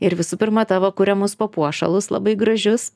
ir visų pirma tavo kuriamus papuošalus labai gražius